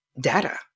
data